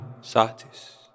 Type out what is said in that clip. Satis